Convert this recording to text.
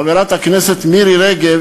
חברת הכנסת מירי רגב,